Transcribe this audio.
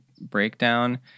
breakdown